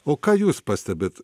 o ką jūs pastebit